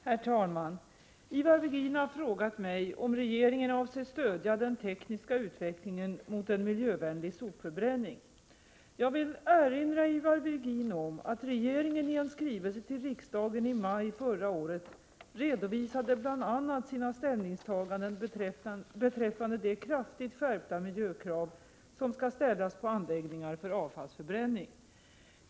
Herr talman! Ivar Virgin har frågat mig om regeringen avser stödja den tekniska utvecklingen mot en miljövänlig sopförbränning. Jag vill erinra Ivar Virgin om att regeringen i en skrivelse till riksdagen i maj förra året redovisade bl.a. sina ställningstaganden beträffande de kraftigt skärpta miljökrav som skall ställas på anläggningar för avfallsförbränning.